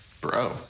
bro